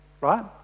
right